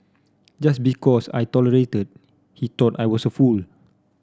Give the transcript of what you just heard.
just because I tolerated he thought I was a fool